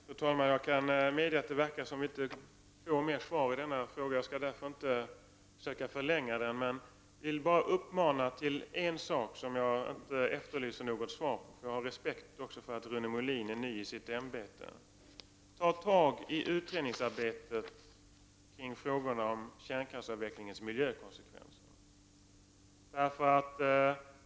Fru talman! Jag kan medge att det verkar som att vi inte kommer att få fler svar i denna fråga. Jag skall därför inte försöka förlänga debatten. Jag vill endast ge Rune Molin en uppmaning. Jag förväntar mig emellertid inget svar på denna uppmaning, eftersom jag har respekt för att industriministern är ny i sitt ämbete. Ta tag i utredningsarbetet kring frågorna om kärnkraftsavvecklingens miljökonsekvenser!